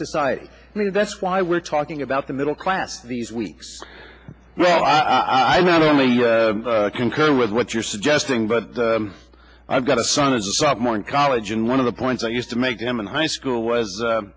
society i mean that's why we're talking about the middle class these weeks well i not only you concur with what you're suggesting but i've got a son as a sophomore in college and one of the points i used to make them in high school was